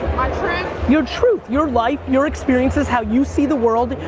truth? your truth, your life, your experiences, how you see the world,